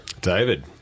David